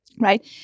Right